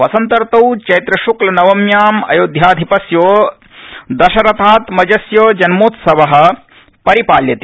वसन्तर्तौ चप्वश्ल्कनवम्याम् अयोध्याधिपस्य दशरथात्मजस्य जन्मोत्सव परिपाल्यते